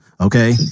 Okay